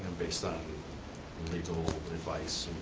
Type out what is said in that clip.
based on legal advice.